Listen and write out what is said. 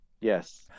Yes